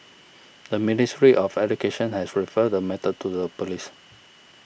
the Ministry of Education has referred the matter to the police